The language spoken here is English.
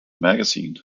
magazine